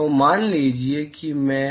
तो मान लीजिए कि मैं